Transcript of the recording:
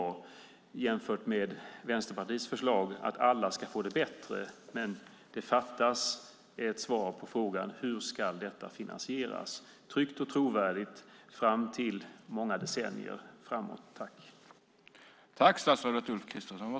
Om vi jämför detta med Vänsterpartiets förslag, att alla ska få det bättre, fattas svaret på frågan hur detta tryggt och trovärdigt ska finansieras i många decennier framöver.